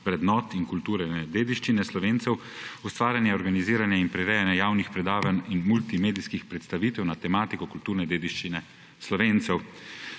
vrednot in kulturne dediščine Slovencev, ustvarjanja, organiziranja in prirejanja javnih predavanj in multimedijskih predstavitev na tematiko kulturne dediščine Slovencev.